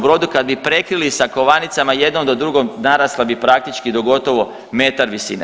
Brodu kad bi prekrili sa kovanicama jednom do drugom, narasla bi praktički do gotovo metar visine.